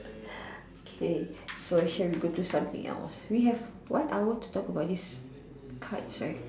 okay so shall we go to something else we have one hour to talk about these cards right